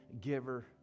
giver